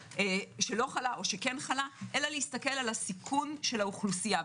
שלא חלה או שכן חלה אלא להסתכל על הסיכון של האוכלוסייה.